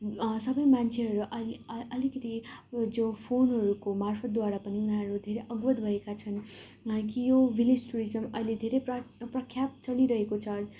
सबै मान्छेहरू अलि अ अलिकति जो फोनहरूको मार्फत्द्वारा पनि उनीहरू धेरै अवगत भएका छन् यहाँको यो भिलेज टुरिज्म अहिले धेरै प्र प्रख्यात चलिरहेको छ